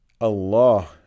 Allah